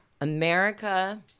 America